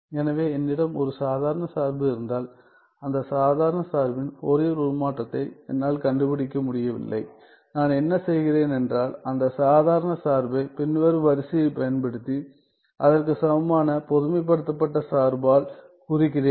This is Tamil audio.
எனவே என்னிடம் ஒரு சாதாரண சார்பு இருந்தால் அந்த சாதாரண சார்பின் ஃபோரியர் உருமாற்றத்தை என்னால் கண்டுபிடிக்க முடியவில்லை நான் என்ன செய்கிறேன் என்றால் அந்த சாதாரண சார்பை பின்வரும் வரிசையை பயன்படுத்தி அதற்கு சமமான பொதுமைப்படுத்தப்பட்ட சார்பால் குறிக்கிறேன்